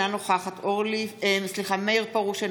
אינה נוכחת מאיר פרוש,